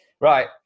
Right